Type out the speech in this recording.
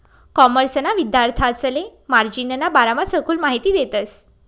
कॉमर्सना विद्यार्थांसले मार्जिनना बारामा सखोल माहिती देतस